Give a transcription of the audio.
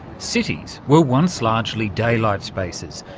cities were once largely daylight spaces,